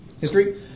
History